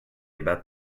about